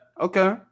Okay